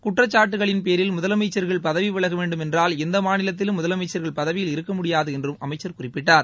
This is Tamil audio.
குற்றச்சாட்டுக்களின் பேரில் முதலமைச்சா்கள் பதவி விலக வேண்டும் என்றால் எந்த மாநிலத்திலும் முதலமைச்சா்கள் பதவியில் இருக்க முடியாது என்றும் அமைச்சா் குறிப்பிட்டார்